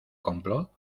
complot